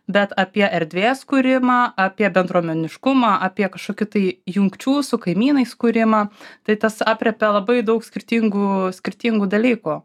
bet apie erdvės kūrimą apie bendruomeniškumą apie kažkokį tai jungčių su kaimynais kūrimą tai tas aprėpia labai daug skirtingų skirtingų dalykų